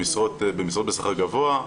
במשרות בשכר גבוה,